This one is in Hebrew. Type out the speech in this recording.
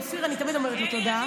לאופיר אני תמיד אומרת תודה.